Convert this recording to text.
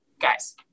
Guys